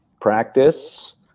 practice